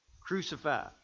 crucified